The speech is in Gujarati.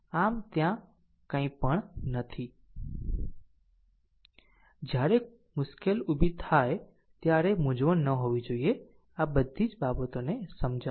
આમ ત્યાં કંઈ પણ નથી જ્યારે મુશ્કેલ સમસ્યા ઉભી થાય ત્યારે કોઈ મૂંઝવણ ન હોવી જોઈએબધી જ બાબતોને સમજાવું